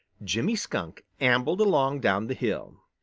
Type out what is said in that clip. jimmy skunk ambled along down the hill.